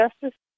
Justice